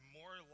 more